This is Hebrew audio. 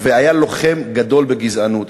והיה לוחם גדול בגזענות.